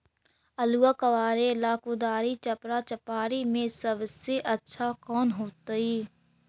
आलुआ कबारेला कुदारी, चपरा, चपारी में से सबसे अच्छा कौन होतई?